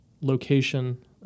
location